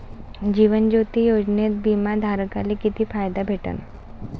जीवन ज्योती योजनेत बिमा धारकाले किती फायदा भेटन?